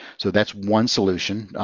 so that's one solution,